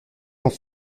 sont